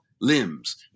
limbs